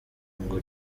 ngo